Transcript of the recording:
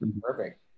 Perfect